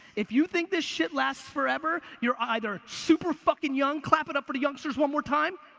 if you think this shit lasts forever, you're either super fucking young, clap it up for the youngsters one more time.